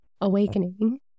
awakening